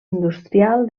industrial